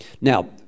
Now